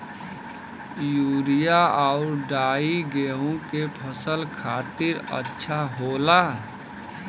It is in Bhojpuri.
यूरिया आउर डाई गेहूं के फसल खातिर अच्छा होला